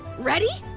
ready?